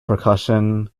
percussion